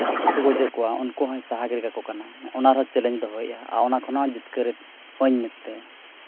ᱴᱷᱩ ᱜᱚᱡᱮᱫ ᱠᱚᱣᱟ ᱩᱱᱠᱩ ᱦᱚᱸᱭ ᱥᱟᱦᱟ ᱜᱤᱰᱤ ᱠᱟᱠᱚ ᱠᱟᱱᱟ ᱚᱱᱟ ᱨᱮᱦᱚᱸ ᱪᱮᱞᱮᱧᱡᱮ ᱫᱚᱦᱚᱭᱮᱜᱼᱟ ᱟᱨ ᱚᱱᱟ ᱠᱷᱚᱱᱟᱜ ᱡᱤᱛᱠᱟᱹᱨᱚᱜᱼᱟᱹᱧ ᱢᱮᱱᱛᱮ